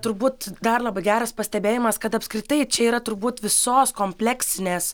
turbūt dar labai geras pastebėjimas kad apskritai čia yra turbūt visos kompleksinės